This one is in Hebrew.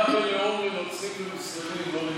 היא התכוונה בלאום לנוצרים ומוסלמים,